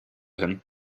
him